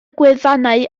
gwefannau